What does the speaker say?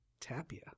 tapia